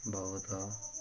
ବହୁତ